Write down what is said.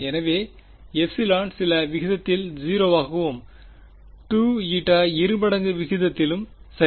எனவே ε சில விகிதத்தில் 0 ஆகவும் 2η இருமடங்கு விகிதத்திலும் சரி